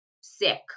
sick